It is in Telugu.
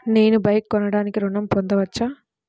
నేను బైక్ కొనటానికి ఋణం పొందవచ్చా?